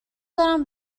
دارم